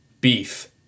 Beef